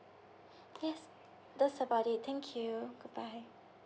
yes that's about it thank you goodbye